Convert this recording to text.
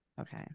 Okay